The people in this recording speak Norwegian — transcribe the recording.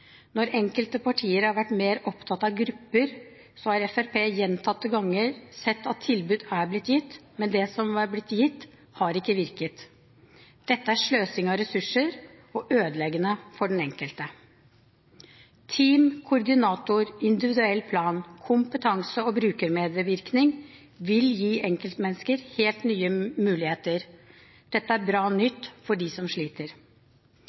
Når enkelte partier har vært mer opptatt av grupper, har Fremskrittspartiet gjentatte ganger sett at tilbud er blitt gitt, men det som er blitt gitt, har ikke virket. Dette er sløsing av ressurser og ødeleggende for den enkelte. Team, koordinator, individuell plan, kompetanse og brukermedvirkning vil gi enkeltmennesker helt nye muligheter. Dette er bra nytt for dem som sliter.